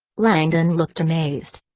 langdon looked amazed.